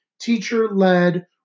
teacher-led